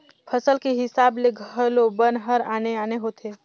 फसल के हिसाब ले घलो बन हर आने आने होथे